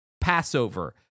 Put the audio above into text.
Passover